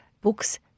books